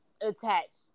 attached